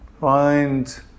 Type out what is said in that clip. Find